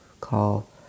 call